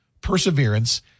perseverance